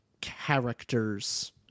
characters